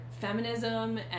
feminism